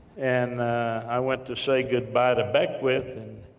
and i went to say goodbye to beckwith. and